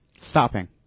Stopping